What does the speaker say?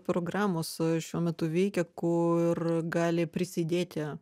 programos šiuo metu veikia kur gali prisidėti